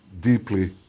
deeply